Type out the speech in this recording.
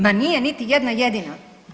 Ma nije niti jedna jedina.